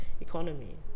economy